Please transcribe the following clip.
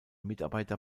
mitarbeiter